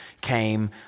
came